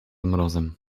mrozem